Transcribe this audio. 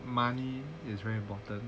money is very important